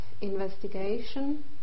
investigation